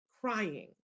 crying